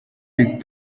big